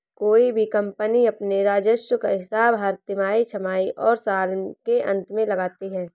कोई भी कम्पनी अपने राजस्व का हिसाब हर तिमाही, छमाही और साल के अंत में लगाती है